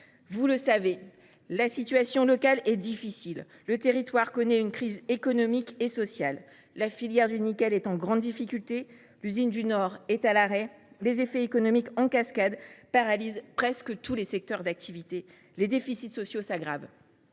Vous le savez, la situation locale est difficile : le territoire connaît une crise économique et sociale, la filière du nickel est en grande difficulté, l’usine du Nord est à l’arrêt, les effets économiques en cascade paralysent presque tous les secteurs d’activité, les déficits sociaux s’aggravent.